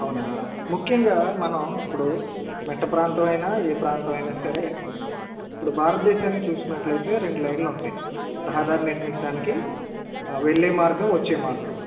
అవునా ముఖ్యంగా మనం ఇప్పుడు మెట్ట ప్రాంతం అయినా ఏ ప్రాంతం అయినా సరే ఇప్పుడు భారతదేశానికి చూసుకున్నట్లయితే రెండు లైన్లు ఉంటాయి రహదారి నిర్మించడానికి వెళ్ళే మార్గం వచ్చే మార్గం